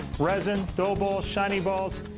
resin, dull balls, shiny balls,